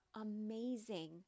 amazing